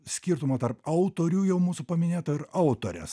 skirtumo tarp autorių jau mūsų paminėta ir autorės